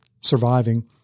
surviving